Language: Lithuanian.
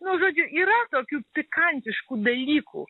nu žodžiu yra tokių pikantiškų dalykų